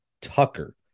Tucker